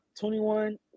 21